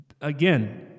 Again